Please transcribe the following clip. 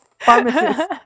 pharmacist